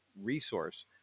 resource